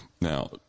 Now